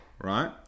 right